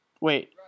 Wait